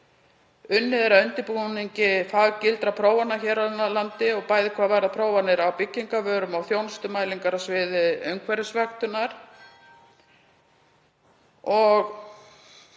Unnið er að undirbúningi faggiltra prófana hér á landi, bæði hvað varðar prófanir á byggingarvörum og þjónustumælingar á sviði umhverfisvöktunar.